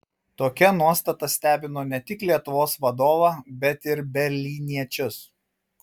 tokia nuostata stebino ne tik lietuvos vadovą bet ir berlyniečius